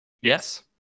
Yes